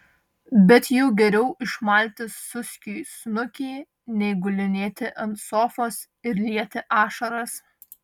bet jau geriau išmalti suskiui snukį nei gulinėti ant sofos ir lieti ašaras